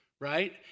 right